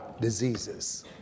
diseases